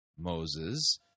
Moses